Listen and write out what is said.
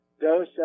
dose